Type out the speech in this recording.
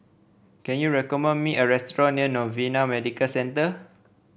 can you recommend me a restaurant near Novena Medical Centre